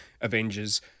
Avengers